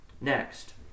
Next